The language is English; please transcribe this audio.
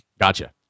Gotcha